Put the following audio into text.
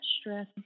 stress